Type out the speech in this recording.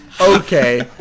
Okay